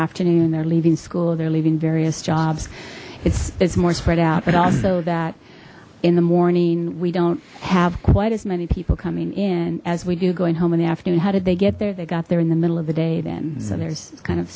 afternoon they're leaving school they're leaving various jobs it's it's more spread out but also that in the morning we don't have quite as many people coming in as we do going home in afternoon how did they get there they got there in the middle of the day then so there's kind of